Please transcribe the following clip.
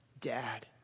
Dad